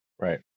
right